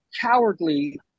cowardly